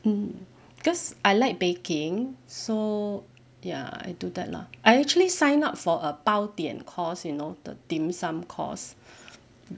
mm because I like baking so ya I do that lah I actually sign up for a 包点 course you know the dim sum course